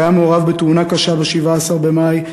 שהיה מעורב בתאונה קשה ב-17 במאי,